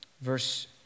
Verse